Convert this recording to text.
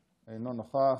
אינו נוכח.